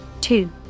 Two